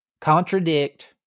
contradict